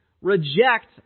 reject